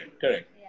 correct